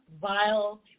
vile